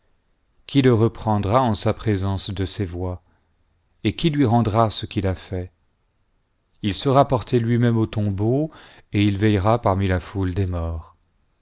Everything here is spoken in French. qui le reprendra en sa présence de ses voies et qui lui rendra ce qu'il a fait il sera porté lui-même au tombeau et il veillera parmi la foule des morts